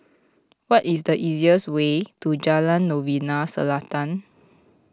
what is the easiest way to Jalan Novena Selatan